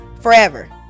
forever